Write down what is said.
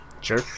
Sure